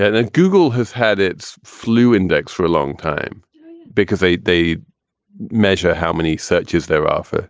ah ah google has had its flu index for a long time because, a, they measure how many searches they're off. ah